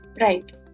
right